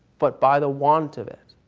but by the want of it.